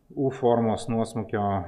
u formos nuosmukio